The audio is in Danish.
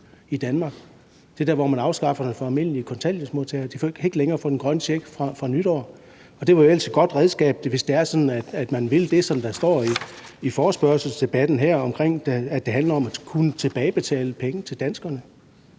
i Danmark. Det er der, hvor man afskaffer den for almindelige kontanthjælpsmodtagere; de kan ikke længere få den grønne check fra nytår. Det var jo ellers et godt redskab, hvis det er sådan, at man vil det, som der står i forespørgselsteksten det handler om, nemlig at kunne tilbagebetale penge til danskerne.